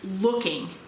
looking